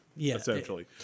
essentially